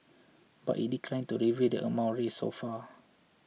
but it declined to reveal the amount raised so far